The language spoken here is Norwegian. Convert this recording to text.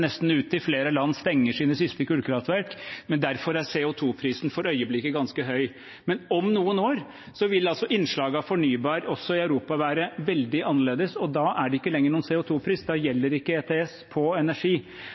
Flere land stenger sine siste kullkraftverk. Derfor er CO 2 -prisen for øyeblikket ganske høy. Men om noen år vil innslaget av fornybar energi også i Europa være veldig annerledes, og da er det ikke lenger noen CO 2 -pris. Da gjelder ikke ETS, kvotesystemet, på energi.